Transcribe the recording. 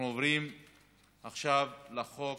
אנחנו עוברים עכשיו להצעת החוק